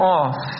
off